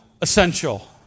essential